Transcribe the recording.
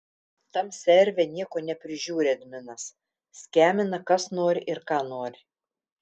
tam serve nieko neprižiūri adminas skemina kas nori ir ką nori